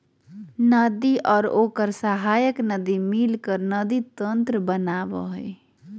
नदी और ओकर सहायक नदी मिलकर नदी तंत्र बनावय हइ